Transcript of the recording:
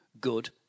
good